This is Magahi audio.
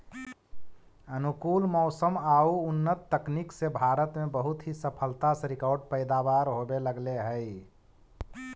अनुकूल मौसम आउ उन्नत तकनीक से भारत में बहुत ही सफलता से रिकार्ड पैदावार होवे लगले हइ